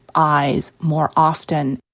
eyes more often.